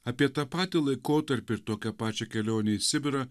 apie tą patį laikotarpį ir tokią pačią kelionę į sibirą